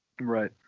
Right